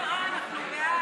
גברתי השרה, אנחנו בעד.